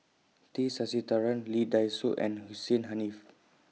T Sasitharan Lee Dai Soh and Hussein Haniff